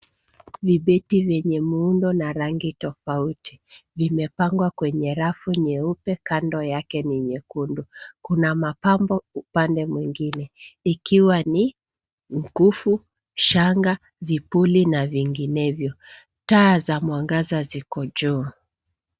Vibeti vyenye muundo na rangi tofauti vimepangwa kwenye rafu nyeupe kando yake ni nyekundu. Kuna mapambo upande mwingine ikiwa ni mkufu, shanga, vipuli na vinginevyo. Taa za mwangaza ziko juu.